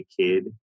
Kid